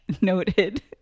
noted